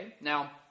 Now